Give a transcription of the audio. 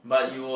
so